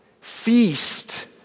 Feast